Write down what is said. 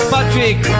Patrick